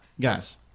guys